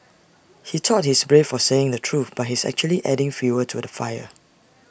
he thought he's brave for saying the truth but he's actually adding fuel to the fire